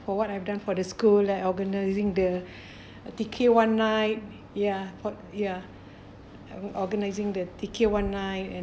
for what I've done for the school like organizing the T_K one nine ya for ya organizing the T_K one nine